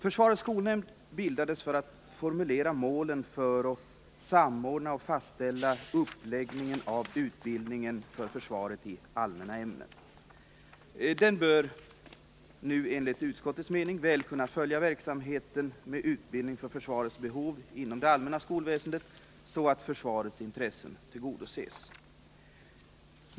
Försvarets skolnämnd bildades för att formulera målen för och samordna och fastställa uppläggningen av utbildningen av försvarets personal i allmänna ämnen. Den bör nu enligt utskottets mening väl kunna följa verksamheten med utbildning för försvarets behov inom det allmänna skolväsendet, så att försvarets intressen tillgodoses.